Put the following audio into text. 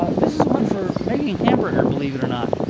ah this is one for making hamburger, believe it or not.